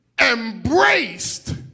embraced